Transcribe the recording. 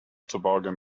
toboggan